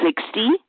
sixty